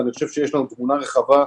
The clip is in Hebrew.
אני חושב שיש לנו תמונה רחבה,